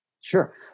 Sure